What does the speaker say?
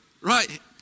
Right